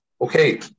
Okay